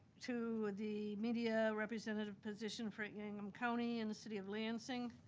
to the media representative position for ingham county and the city of lansing.